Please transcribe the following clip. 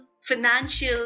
financial